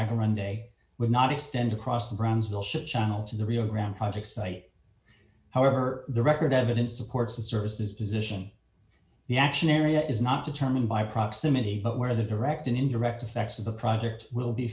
jack run day would not extend across the brownsville ship channel to the rio grande project site however the record evidence supports and services position the action area is not determined by proximity but where the direct and indirect effects of the project will be